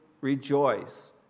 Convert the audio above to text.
rejoice